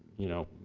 you know,